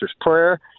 prayer